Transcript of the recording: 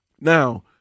Now